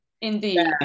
indeed